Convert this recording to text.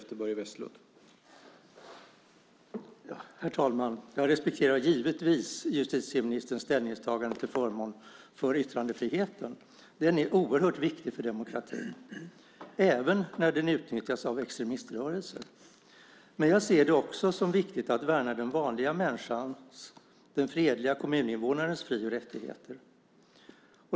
Herr talman! Jag respekterar givetvis justitieministerns ställningstagande till förmån för yttrandefriheten. Den är oerhört viktig för demokratin även när den utnyttjas av extremiströrelser. Men jag ser det också som viktigt att värna den vanliga människans, den fredliga kommuninvånarens, fri och rättigheter.